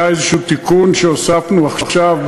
היה איזשהו תיקון שהוספנו עכשיו,